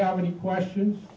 have any questions